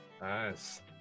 Nice